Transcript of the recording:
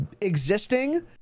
existing